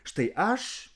štai aš